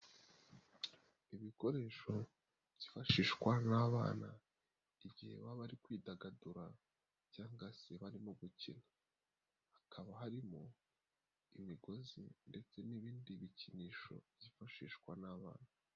Ibikoresho byifashishwa n'abana igihe baba ari kwidagadura cyangwa se barimo gukina, hakaba harimo imigozi ndetse n'ibindi bikinisho byifashishwa n'abana.